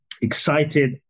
excited